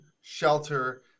shelter